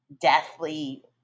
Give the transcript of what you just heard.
deathly